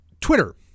Twitter